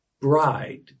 Bride